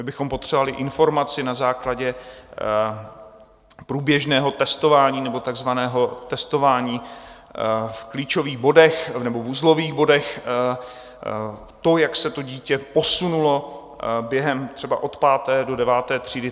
My bychom potřebovali informaci na základě průběžného testování nebo takzvaného testování v klíčových bodech nebo uzlových bodech to, jak se to dítě posunulo během třeba od páté do deváté třídy.